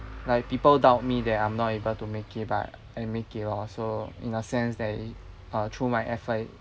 like people doubt me that I'm not able to make it but I make it lor so in a sense that is through my effort